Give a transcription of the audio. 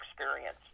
experience